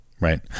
Right